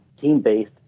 team-based